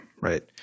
right